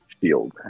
shield